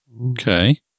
Okay